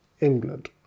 England